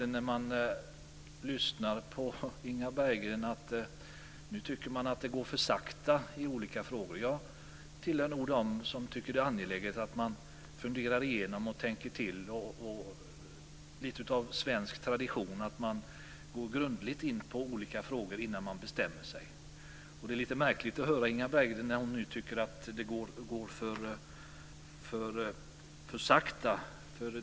Nu tycker Inga Berggren att det går för sakta i olika frågor. Jag tillhör nog dem som tycker att det är angeläget att man funderar igenom och tänker till. Det är lite av en svensk tradition att man går grundligt in på olika frågor innan man bestämmer sig. Det är lite märkligt att höra att Inga Berggren nu tycker att det går för sakta.